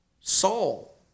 Saul